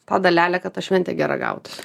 tą dalelę kad ta šventė gera gautųsi